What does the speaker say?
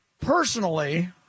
personally